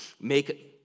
Make